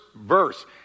verse